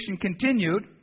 continued